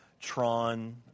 Tron